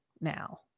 now